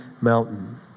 mountain